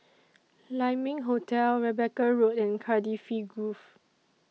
Lai Ming Hotel Rebecca Road and Cardifi Grove